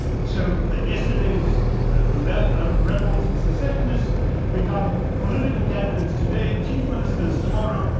so that yesterday's rebels ah rebels and secessionists become political candidates today. chief ministers tomorrow.